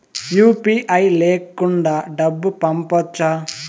UPI లేకుండా డబ్బు పంపొచ్చా